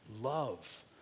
love